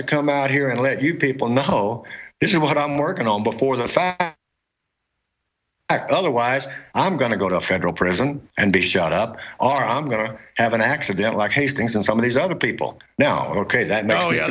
to come out here and let you people know this is what i'm working on before the fact otherwise i'm going to go to a federal prison and be shut up are i'm going to have an accident like hastings and some of these other people now ok that know y